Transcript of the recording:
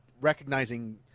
recognizing